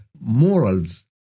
morals